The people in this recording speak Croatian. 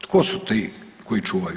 Tko su ti koji čuvaju?